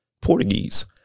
Portuguese